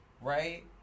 right